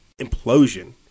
implosion